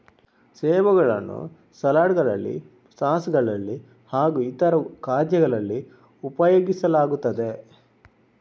ಸೇಬುಗಳನ್ನು ಸಲಾಡ್ ಗಳಲ್ಲಿ ಸಾಸ್ ಗಳಲ್ಲಿ ಹಾಗೂ ಇತರ ಖಾದ್ಯಗಳಲ್ಲಿ ಉಪಯೋಗಿಸಲಾಗುತ್ತದೆ